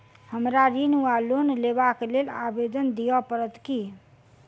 हमरा ऋण वा लोन लेबाक लेल आवेदन दिय पड़त की?